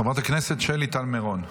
חברת הכנסת שלי טל מירון.